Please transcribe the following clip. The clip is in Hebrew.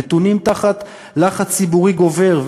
נתונים תחת לחץ ציבורי גובר,